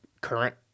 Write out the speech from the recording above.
current